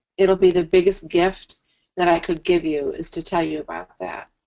it'll be the biggest gift that i could give you is to tell you about that.